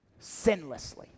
sinlessly